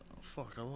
Fuck